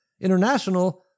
International